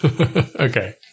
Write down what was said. Okay